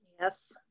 yes